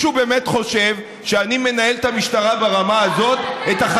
אז מה אתה עושה?